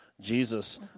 Jesus